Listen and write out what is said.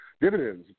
dividends